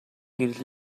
гэрэл